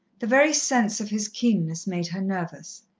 the very sense of his keenness made her nervous.